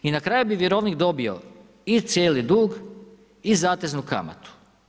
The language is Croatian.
I na kraju bi vjerovnik dobio i cijeli dug i zateznu kamatu.